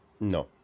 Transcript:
No